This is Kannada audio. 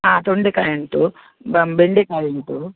ಹಾಂ ತೊಂಡೆಕಾಯಿ ಉಂಟು ಬೆಂಡೆಕಾಯಿ ಉಂಟು